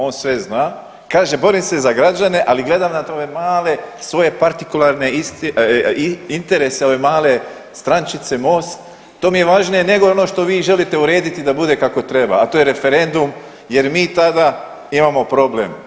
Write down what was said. On sve zna, kaže borim se za građane, ali gledam na tome male svoje partikularne interese, ove male strančice Most, to mi je važnije nego ono što vi želite urediti da bude kako treba, a to je referendum jer mi tada imamo problem.